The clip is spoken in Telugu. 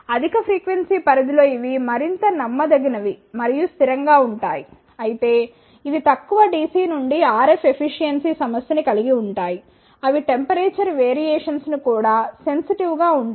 అధిక ఫ్రీక్వెన్సీ పరిధి లో ఇవి మరింత నమ్మదగినవి మరియు స్థిరం గా ఉంటాయి అయితే ఇది తక్కువ DC నుండి RF ఎఫిషియన్సీ సమస్య ని కలిగివుంటాయి అవి టెంపరేచర్ వేరియేషన్స్ కు కూడా సెన్సిటివ్ గా ఉంటాయి